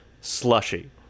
Slushy